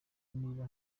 niba